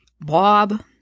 Bob